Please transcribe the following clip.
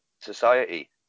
society